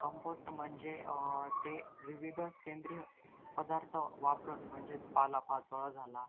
compost म्हणजे ते विविध सेंद्रिय पदार्थ वापरून म्हणजेच पालापाचोळा झाला